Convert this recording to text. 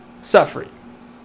suffering